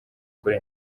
kuri